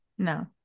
no